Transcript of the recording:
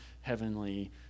Heavenly